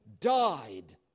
died